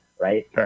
right